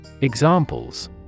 Examples